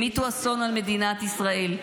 המיטו אסון על מדינת ישראל.